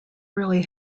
really